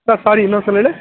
sir sorry ಇನ್ನೊಂದು ಸಲ ಹೇಳಿ